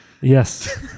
Yes